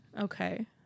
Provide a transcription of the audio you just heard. Okay